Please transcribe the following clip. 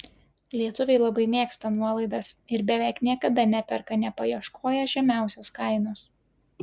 lietuviai labai mėgsta nuolaidas ir beveik niekada neperka nepaieškoję žemiausios kainos